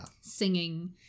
singing